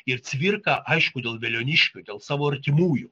ir cvirka aišku dėl veliuoniškių dėl savo artimųjų